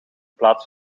plaats